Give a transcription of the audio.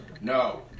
No